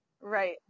Right